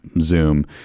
Zoom